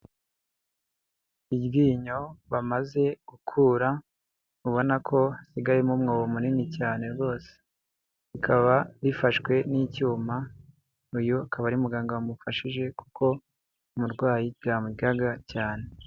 Iryinyo bamaze gukura ubona hasigayemo umwobo munini cyane rwose, rikaba rifashwe n'icyuma, uyu akaba ari muganga wamufashije kuko umurwayi ryamuryaga cyane.